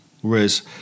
Whereas